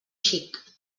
xic